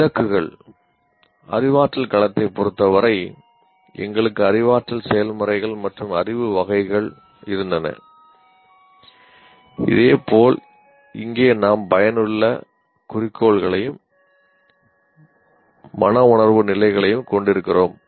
இலக்குகள் அறிவாற்றல் களத்தைப் பொறுத்தவரை எங்களுக்கு அறிவாற்றல் செயல்முறைகள் மற்றும் அறிவு வகைகள் இருந்தன இதேபோல் இங்கே நாம் பயனுள்ள குறிக்கோள்களையும் மனவுணர்வு நிலைகளையும் கொண்டிருக்கிறோம்